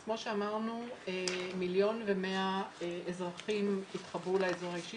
כמו שאמרנו 1,100,000 אזרחים התחברו לאזור האישי